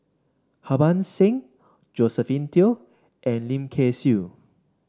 Harbans Singh Josephine Teo and Lim Kay Siu